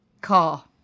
Car